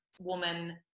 woman